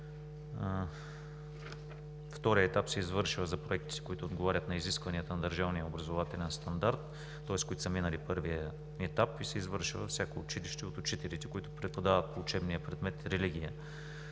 Вторият етап се извършва за проектите, които отговарят на изискванията на държавния образователен стандарт, които са минали първия етап, и се извършва във всяко училище от учителите, които преподават по учебния предмет „Религия“.